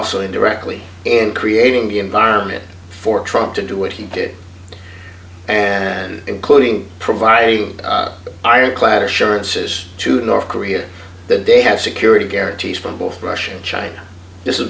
also in directly in creating the environment for trying to do what he did and including providing iron clad assurances to north korea that they have security guarantees from both russia and china this